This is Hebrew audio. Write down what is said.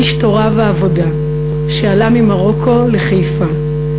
איש תורה ועבודה שעלה ממרוקו לחיפה.